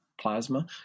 plasma